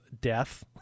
death